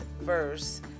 verse